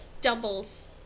doubles